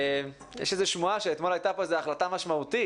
יש איזו שמועה שאתמול הייתה פה איזו החלטה משמעותית.